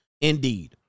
Indeed